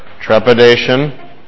trepidation